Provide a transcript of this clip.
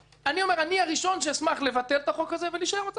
אני הראשון שאשמח לבטל את החוק הזה ולהישאר במצב כמו שהוא.